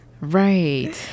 right